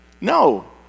No